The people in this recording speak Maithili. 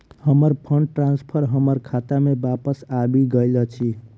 हमर फंड ट्रांसफर हमर खाता मे बापस आबि गइल अछि